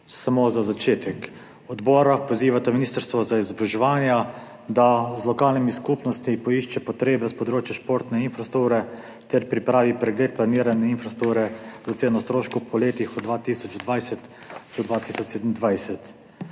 Samo za začetek. Odbora pozivata Ministrstvo za vzgojo in izobraževanje, da z lokalnimi skupnostmi poišče potrebe s področja športne infrastrukture ter pripravi pregled planirane infrastrukture za oceno stroškov po letih od 2020 do 2027.